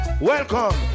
Welcome